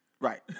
Right